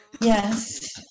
Yes